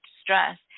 stress